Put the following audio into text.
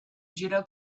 judo